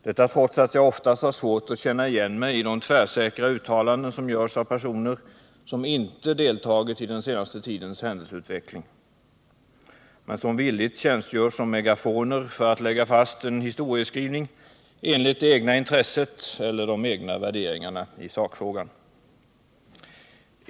Detta trots att jag oftast har svårt att känna igen mig i de tvärsäkra uttalanden som görs av personer som inte deltagit i den senaste tidens händelseutveckling men som villigt tjänstgör som megafoner för att lägga fast en historieskrivning enligt det egna intresset eller de egna värderingarna i sakfrågan.